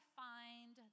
find